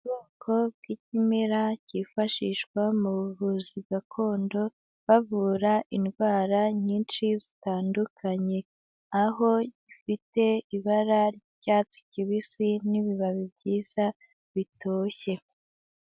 Ubwoko bw'ikimera cyifashishwa mu buvuzi gakondo bavura indwara nyinshi zitandukanye, aho gifite ibara ry'icyatsi kibisi n'ibibabi byiza bitoshye.